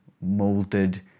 molded